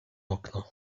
okno